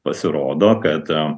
pasirodo kad